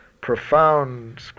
profound